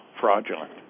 fraudulent